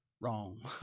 Wrong